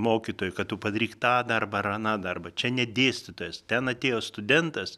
mokytojui kad tu padaryk tą darbą ar aną darbą čia ne dėstytojas ten atėjo studentas